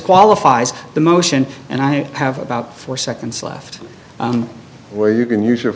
disqualifies the motion and i have about four seconds left where you can use your